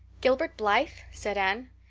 gilbert blythe? said anne.